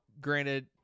granted